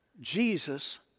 Jesus